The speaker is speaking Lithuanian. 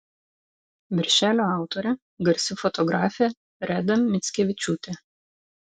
viršelio autorė garsi fotografė reda mickevičiūtė